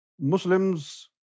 Muslims